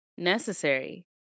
necessary